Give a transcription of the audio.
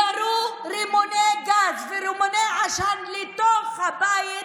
ירו רימוני גז ורימוני עשן לתוך הבית,